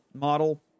model